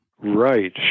Right